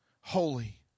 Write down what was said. holy